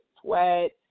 sweat